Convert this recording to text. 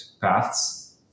paths